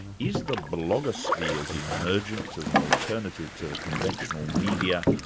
is the blogosphere's emergence as an alternative to the conventional media,